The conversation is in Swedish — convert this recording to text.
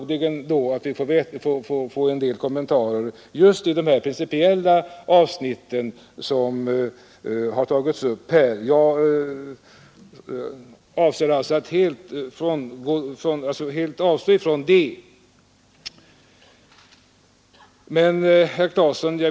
Jag antar att vi kommer att få en del kommentarer till just de principiella avsnitt som här tagits upp. Jag avser alltså att helt avstå från att kommentera dem.